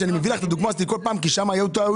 ואני על פעם מביא לך כדוגמה אותם כי שם היו טעויות,